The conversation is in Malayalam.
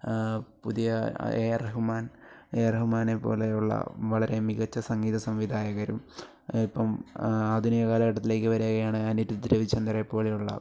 പുതിയ A R Rahman A R റഹ്മാനെ പോലെയുള്ള വളരെ മികച്ച സംഗീത സംവിധായകരും ഇപ്പം ആധുനിക കാലഘട്ടത്തിലേക്ക് വരികയാണ് അനിരുദ്ധ് രവിചന്ദ്രയെ പോലെയുള്ള